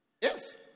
Yes